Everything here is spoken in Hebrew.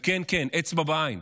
וכן, כן, אצבע בעין,